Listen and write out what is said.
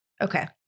okay